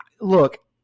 look